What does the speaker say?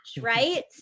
right